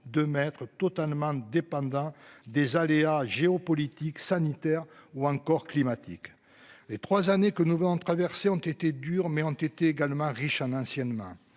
de mettre totalement dépendants des aléas géopolitiques sanitaire ou encore climatique les trois années que nous voulons traverser ont été dur mais ont été également riche un anciennement.